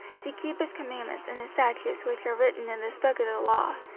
to keep his commandments and his statutes which are written in this book of the law,